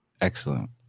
Excellent